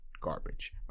garbage